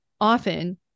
often